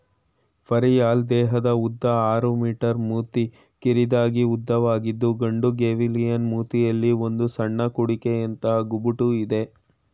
ಘರಿಯಾಲ್ ದೇಹದ ಉದ್ದ ಆರು ಮೀ ಮೂತಿ ಕಿರಿದಾಗಿ ಉದ್ದವಾಗಿದ್ದು ಗಂಡು ಗೇವಿಯಲಿನ ಮೂತಿಯಲ್ಲಿ ಒಂದು ಸಣ್ಣ ಕುಡಿಕೆಯಂಥ ಗುಬುಟು ಇದೆ